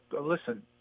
listen